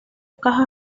cajas